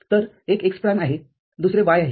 तर एक x prime आहे दुसरे y आहे